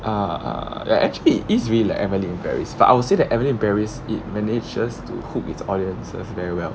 uh ya actually it is really like emily in paris but I would say that emily in paris it manages to hook its audiences very well